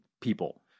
people